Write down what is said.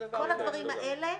כל הדברים האלה,